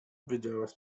widziałaś